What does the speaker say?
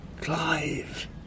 Clive